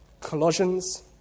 Colossians